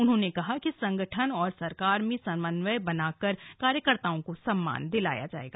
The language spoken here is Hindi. उन्होंने कहा कि संगठन और सरकार में समन्वय बनाकर कार्यकर्ताओं को सम्मान दिलाया जाएगा